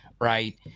right